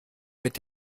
mit